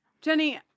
Jenny